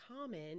common